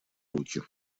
руки